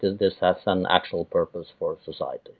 this as an actual purpose for society.